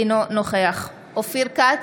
אינו נוכח אופיר כץ,